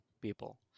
people